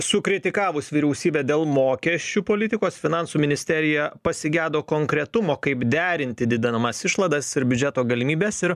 sukritikavus vyriausybę dėl mokesčių politikos finansų ministerija pasigedo konkretumo kaip derinti didinamas išlaidas ir biudžeto galimybes ir